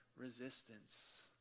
resistance